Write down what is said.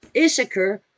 Issachar